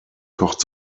kocht